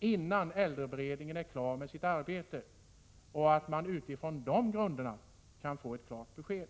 innan äldreberedningen blir färdig med sitt arbete, så att man vet när man kan få ett klart besked.